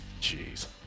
Jeez